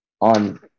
on